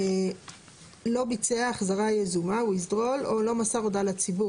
8. לא ביצע החזרה יזומה (withdrawal) או לא מסר הודעה לציבור